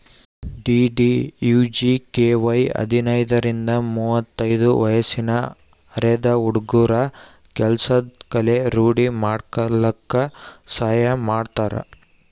DDUGKY ಹದಿನೈದರಿಂದ ಮುವತ್ತೈದು ವಯ್ಸಿನ ಅರೆದ ಹುಡ್ಗುರ ಕೆಲ್ಸದ್ ಕಲೆ ರೂಡಿ ಮಾಡ್ಕಲಕ್ ಸಹಾಯ ಮಾಡ್ತಾರ